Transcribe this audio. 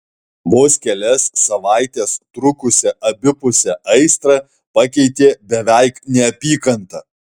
vos kelias savaites trukusią abipusę aistrą pakeitė beveik neapykanta